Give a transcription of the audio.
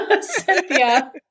Cynthia